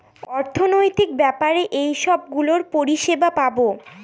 অর্থনৈতিক ব্যাপারে এইসব গুলোর পরিষেবা পাবো